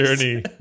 journey